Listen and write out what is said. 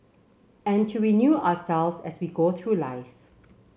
and to renew ourselves as we go through life